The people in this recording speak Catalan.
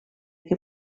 que